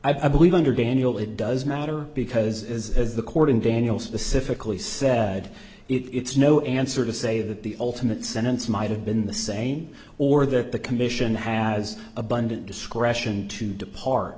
i believe under daniel it does matter because as the court in daniel specifically said it's no answer to say that the ultimate sentence might have been the same or that the commission has abundant discretion to depart